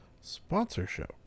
sponsorship